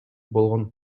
болгон